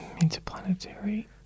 Interplanetary